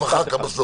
יואב, אחר כך, בסוף.